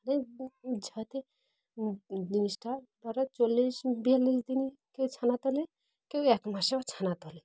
ম যাতে জিনিসটা তারা চল্লিশ বিয়াল্লিশ দিন কেউ ছানা তোলে কেউ এক মাসেও ছানা তোলে